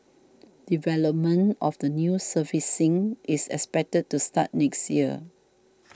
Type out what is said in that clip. development of the new surfacing is expected to start next year